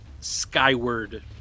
skyward